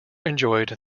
enjoyed